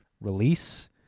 release